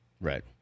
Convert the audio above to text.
Right